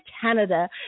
Canada